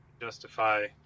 justify